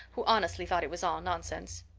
who honestly thought it was all nonsense.